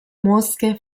mosche